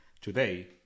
Today